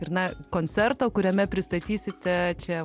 ir na koncerto kuriame pristatysite čia